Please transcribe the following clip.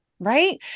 Right